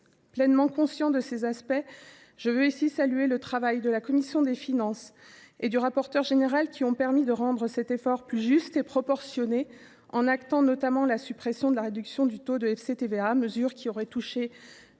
Pleinement consciente de ces aspects, je veux ici saluer le travail de la commission des finances du Sénat et de son rapporteur général, qui a permis de rendre cet effort plus juste et proportionné en actant notamment la suppression de la réduction du taux du FCTVA, une mesure qui aurait touché